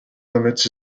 limits